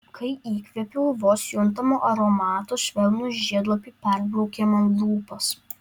kai įkvėpiau vos juntamo aromato švelnūs žiedlapiai perbraukė man lūpas